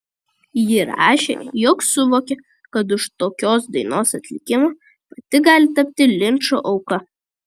ji rašė jog suvokė kad už tokios dainos atlikimą pati gali tapti linčo auka